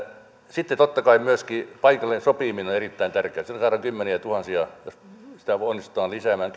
sitten totta kai myöskin paikallinen sopiminen on erittäin tärkeätä sillä saadaan kymmeniätuhansia työpaikkoja jos sitä onnistutaan lisäämään